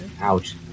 Ouch